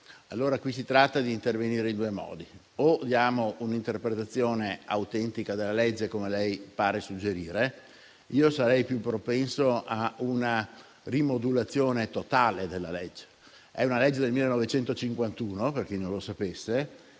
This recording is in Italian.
rimane. Qui si tratta di intervenire in due modi. Il primo è dare un'interpretazione autentica della legge, come lei pare suggerire. Ma io sarei più propenso a una rimodulazione totale della legge: è una legge del 1951 - per chi non lo sapesse